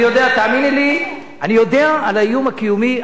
אני יודע, תאמיני לי, אני יודע על האיום הקיומי.